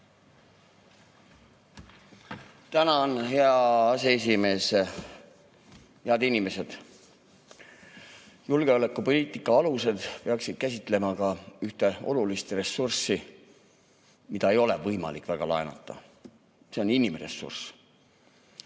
Tänan, hea aseesimees! Head inimesed! Julgeolekupoliitika alused peaksid käsitlema ka ühte olulist ressurssi, mida ei ole võimalik väga laenata. See on inimressurss.